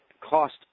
cost